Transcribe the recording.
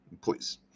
please